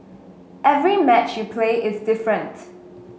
every match you play is different